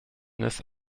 neuf